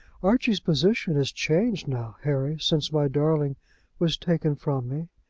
archie's position is changed now, harry, since my darling was taken from me.